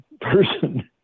person